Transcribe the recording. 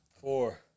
Four